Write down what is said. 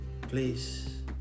please